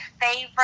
favorite